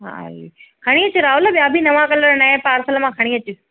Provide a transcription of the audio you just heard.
हा खणी अचु राहुल ॿिया भी नवां कलर नएं पार्सल मां खणी अचु